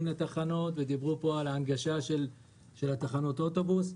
לתחנות ועל ההנגשה של תחנות האוטובוס.